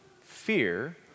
Fear